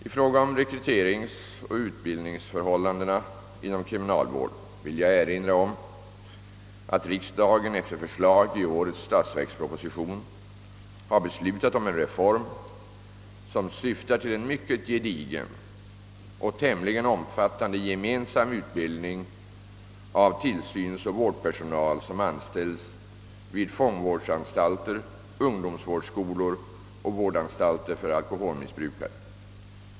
I fråga om rekryteringsoch utbildningsförhållandena inom kriminalvården vill jag erinra om att riksdagen ef ter förslag i årets statsverksproposition beslutat om en reform, som syftar till en mycket gedigen och tämligen omfattande gemensam utbildning av tillsynsoch vårdpersonal som anställs vid fångvårdsanstalter, ungdomsvårdsskolor och vårdanstalter för alkoholmissbrukare.